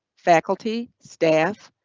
faculty, staff,